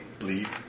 leave